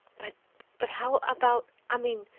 but but how about i mean,